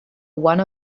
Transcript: one